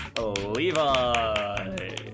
Levi